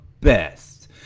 best